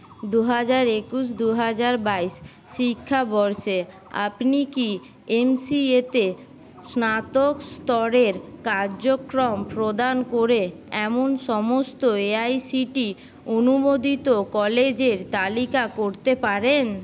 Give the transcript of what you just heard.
দু হাজার একুশ দু হাজার বাইশ শিক্ষাবর্ষে আপনি কি এম সি এ তে স্নাতক স্তরের কার্যক্রম প্রদান করে এমন সমস্ত A I C T E অনুমোদিত কলেজের তালিকা করতে পারেন